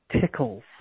tickles